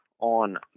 on